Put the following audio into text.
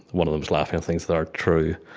one of them is laughing at things that aren't true.